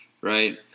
right